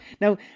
Now